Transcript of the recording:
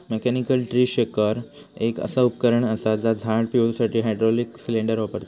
mechanical tree shaker एक असा उपकरण असा जा झाड पिळुसाठी हायड्रॉलिक सिलेंडर वापरता